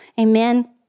Amen